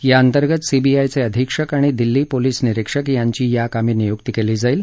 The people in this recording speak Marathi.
या अंतर्गत सीबीआयचे अधीक्षक आणि दिल्ली पोलिस निरीक्षक यांची या कामी नियुक्ती केली जाईल